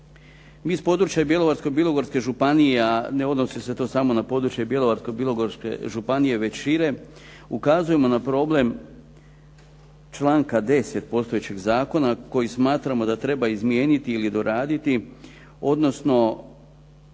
Mi s područja Bjelovarsko-bilogorske županije ne odnosi se to samo na područje Bjelovarsko-bilogorske već šire ukazujemo na problem članka 10. postojećeg zakona koji smatramo da treba izmijeniti ili doraditi, odnosno